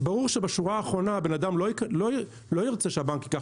וברור שבשורה האחרונה בן אדם לא ירצה שהבנק ייקח